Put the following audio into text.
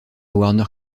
warner